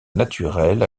naturel